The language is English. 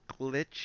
glitch